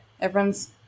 Everyone's